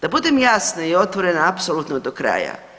Da budem jasna i otvorena apsolutno do kraja.